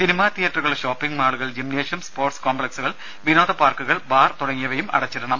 cinema തിയറ്ററുകൾ shopping മാളുകൾ gymnasium sports കോംപ്ലക്സുകൾ വിനോദ പാർക്കുകൾബാർ തുടങ്ങിയവ അടച്ചിടണം